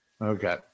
okay